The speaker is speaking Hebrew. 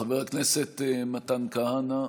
חבר הכנסת מתן כהנא,